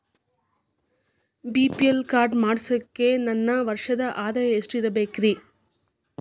BPL card ಮಾಡ್ಸಾಕ ನನ್ನ ವರ್ಷದ್ ಆದಾಯ ಎಷ್ಟ ಇರಬೇಕ್ರಿ?